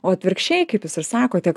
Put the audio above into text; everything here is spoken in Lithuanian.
o atvirkščiai kaip jūs ir sakote